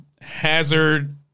hazard